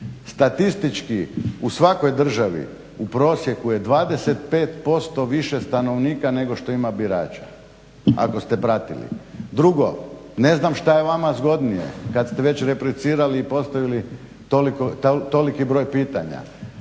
statistički u svakoj državi u prosjeku je 25% više stanovnika nego što ima birača, ako ste pratili. Drugo, ne znam što je vama zgodnije kad ste već replicirali i postavili toliki broj pitanja,